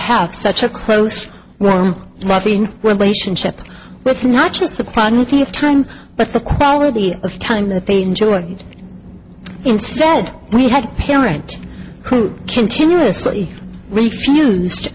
have such a close roam roughly in relationship with not just the quantity of time but the quality of time that they enjoy and instead we had a parent who continuously refused